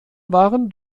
waren